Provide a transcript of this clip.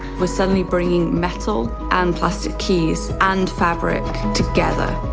we're suddenly bringing metal and plastic keys and fabric together.